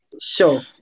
Sure